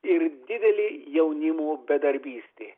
ir didelė jaunimo bedarbystė